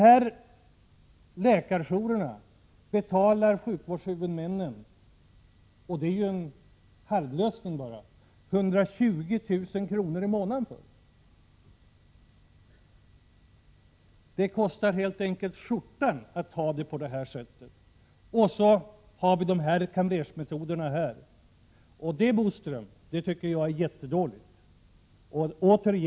För läkarjourerna betalar sjukvårdshuvudmännen — och det är bara en halvlösning — 120 000 kr. i månaden. Det kostar helt enkelt skjortan att ha det på det här sättet! Och så används sådana kamrersmetoder här! Det tycker jag är jättedåligt, Bodström!